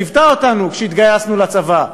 שליוותה אותנו כשהתגייסנו לצבא.